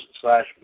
slash